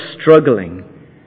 struggling